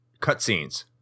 cutscenes